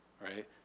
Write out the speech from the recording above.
right